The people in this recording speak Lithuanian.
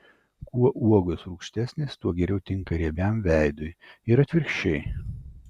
kuo uogos rūgštesnės tuo geriau tinka riebiam veidui ir atvirkščiai